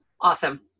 awesome